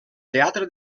teatre